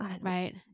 right